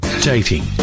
dating